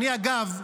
אגב,